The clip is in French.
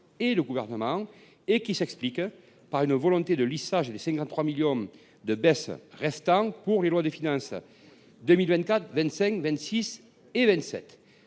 et le Gouvernement. Il se justifie par une volonté de lissage des 53 millions d’euros de baisse restants sur les lois de finances 2024, 2025, 2026 et 2027.